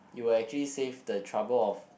you will actually save the trouble of